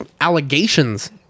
allegations